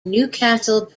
newcastle